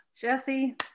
Jesse